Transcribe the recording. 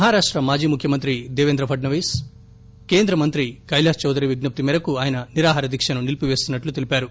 మహారాష్ట మాజీ ముఖ్యమంత్రి దేపేంద్ర ఫడ్నవీస్ కేంద్ర మంత్రి కైలాస్ చౌదరి విజ్ఞప్తి మేరకు ఆయన నిరాహారదీక్షను నిలిపివేస్తున్నట్టు తెలిపారు